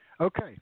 Okay